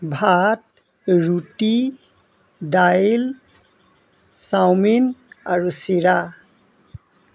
ভাত ৰুটি দাইল চাওমিন আৰু চিৰা